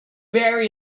very